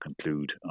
conclude